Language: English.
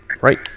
Right